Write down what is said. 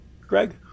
Greg